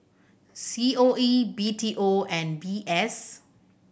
C O A B T O and V S